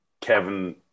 Kevin